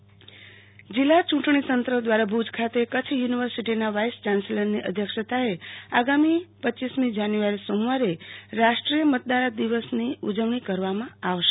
ભુજઃમતદાતા દિવસની ઉજવણઃ જિલ્લા ચુંટણી તંત્ર દ્વારા ભુજ ખાતે કચ્છ યુનિવર્સિટીના વાઇસ ચાન્સેલરની અધ્યક્ષતાએ આગામી રપમી જાન્યુઆરીએ સોમવારે રાષ્ટ્રીય મતદાતા દિવસની ઉજવણી કરવામાં આવશે